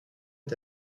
est